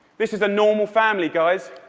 this is a normal family, guys.